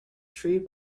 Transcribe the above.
tree